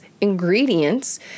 ingredients